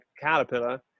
caterpillar